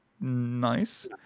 nice